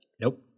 Nope